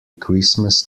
christmas